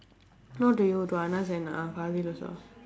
not to you to and uh also